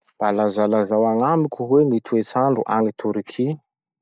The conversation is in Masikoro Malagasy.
Mba lazalazao agnamiko hoe gny toetsandro agny Torky?